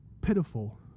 pitiful